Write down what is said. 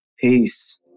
peace